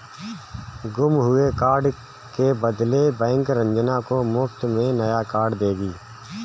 गुम हुए कार्ड के बदले बैंक रंजना को मुफ्त में नया कार्ड देगी